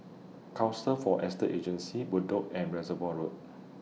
Council For Estate Agency Bedok and Reservoir Road